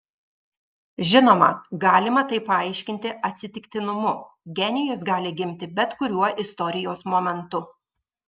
žinoma galima tai paaiškinti atsitiktinumu genijus gali gimti bet kuriuo istorijos momentu